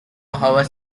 hour